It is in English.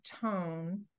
tone